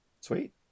Sweet